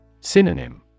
Synonym